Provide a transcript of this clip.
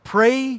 Pray